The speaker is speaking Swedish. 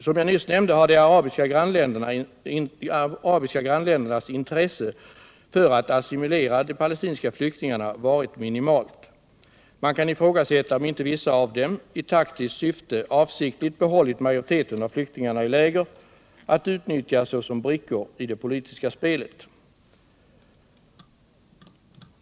Som jag nyss nämnde har de arabiska grannländernas intresse för att assimilera de palestinska flyktingarna varit minimalt. Man kan ifrågasätta om inte vissa av dem i taktiskt syfte avsiktligt behållit majoriteten av flyktingarna i läger att utnyttjas såsom brickor i det politiska spelet!